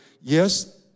Yes